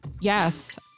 Yes